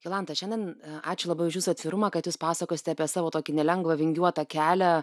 jolanta šiandien ačiū labai už jūsų atvirumą kad jūs pasakosite apie savo tokį nelengvą vingiuotą kelią